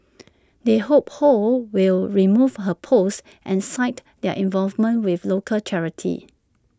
they hope ho will remove her post and cited their involvement with local charities